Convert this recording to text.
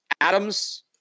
Adams